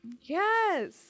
Yes